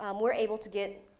um we're able to get